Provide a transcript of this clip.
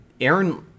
Aaron